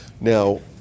Now